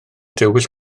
dywyll